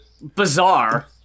bizarre